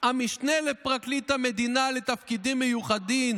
המשנה לפרקליט המדינה לתפקידים מיוחדים